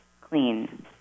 clean